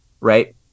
right